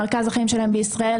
מרכז החיים שלהם בישראל,